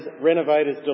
renovator's